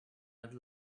had